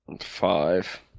Five